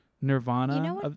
nirvana